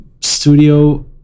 studio